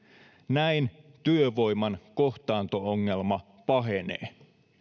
näin työvoiman kohtaanto ongelma pahenee